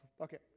Okay